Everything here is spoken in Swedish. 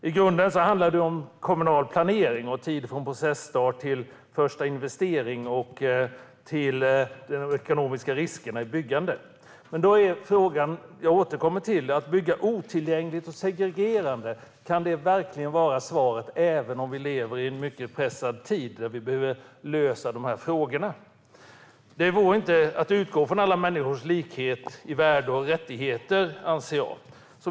I grunden handlar det om kommunal planering med tid från processtart till första investering och till de ekonomiska riskerna i byggandet. Att bygga otillgängligt och segregerande, kan det verkligen vara svaret, även om vi lever i en mycket pressad tid där vi behöver lösa dessa frågor? Detta vore inte att utgå från alla människors lika värde och rättigheter, anser jag.